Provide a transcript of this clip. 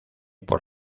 por